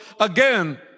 again